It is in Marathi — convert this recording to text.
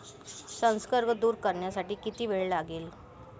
संसर्ग दूर करण्यासाठी किती वेळ लागेल?